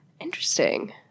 Interesting